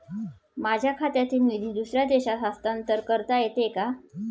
माझ्या खात्यातील निधी दुसऱ्या देशात हस्तांतर करता येते का?